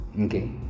okay